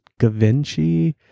gavinci